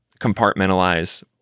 compartmentalize